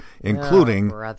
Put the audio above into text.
including